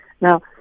Now